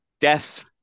Death